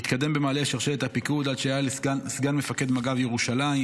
והתקדם במעלה שרשרת הפיקוד עד שהיה לסגן מפקד מג"ב ירושלים.